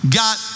got